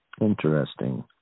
interesting